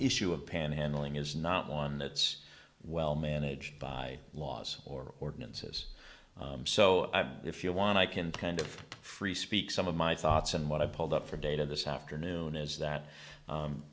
issue of panhandling is not one that's well managed by laws or ordinances so if you want i can kind of free speak some of my thoughts and when i pulled up for data this afternoon is that